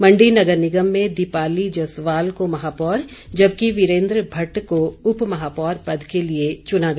मण्डी नगर निगम में दीपाली जसवाल को महापौर जबकि वीरेन्द्र भट्ट को उपमहापौर पद के लिए चुना गया